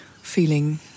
Feeling